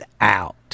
out